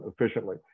efficiently